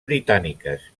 britàniques